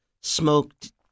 smoked